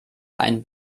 ein